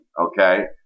okay